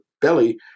belly